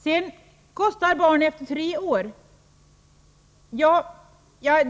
Barn kostar också efter tre år, säger Evert Svensson.